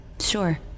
Sure